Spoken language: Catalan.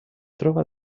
troba